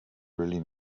really